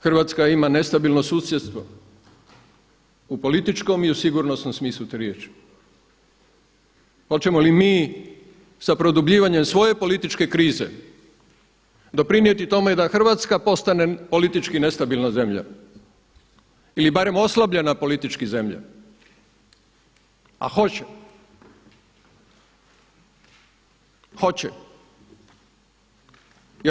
Hrvatska ima nestabilno susjedstvo u političkom i u sigurnosnom smislu te riječi, hoćemo li mi sa produbljivanjem svoje političke krize doprinijeti tome da Hrvatska postane politički nestabilna zemlja ili barem oslabljena politički zemlja, a hoće, hoće.